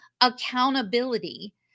accountability